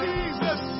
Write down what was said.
Jesus